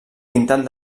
pintat